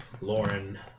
Lauren